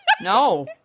no